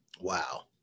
Wow